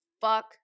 Fuck